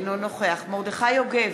אינו נוכח מרדכי יוגב,